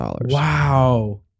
Wow